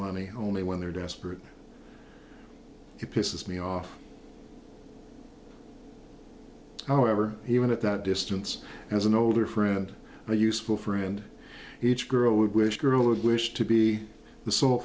money only when they're desperate it pisses me off however even at that distance as an older friend a useful friend each girl would wish girl would wish to be the sole